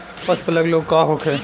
पशु प्लग रोग का होखे?